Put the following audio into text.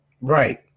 Right